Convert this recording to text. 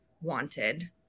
wanted